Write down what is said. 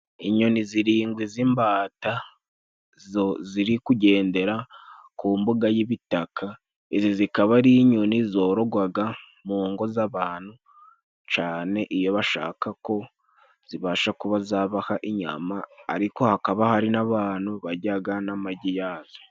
Inyoni zirindwi z'imbata, zo ziri kugendera ku mbuga y'ibitaka. Izi zikaba ari inyoni zorogwaga mu ngo z'abantu, cane iyo bashaka ko zibasha kuba zabaha inyama. Ariko hakaba hari n'abantu baryaga n'amagi yazo.